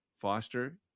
foster